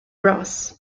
bros